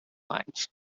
lines